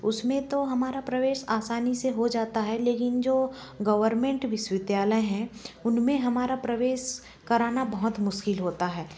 उसमें तो हमारा प्रवेश आसानी से हो जाता है लेकिन जो गवर्नमेंट विश्वविद्यालय हैं उनमें हमारा प्रवेश करना बहुत मुश्किल होता है